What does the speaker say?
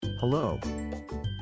Hello